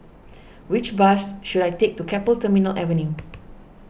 which bus should I take to Keppel Terminal Avenue